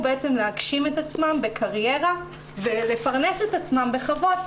להגשים את עצמן בקריירה ולפרנס את עצמן בכבוד,